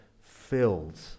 filled